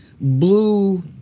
blue